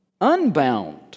unbound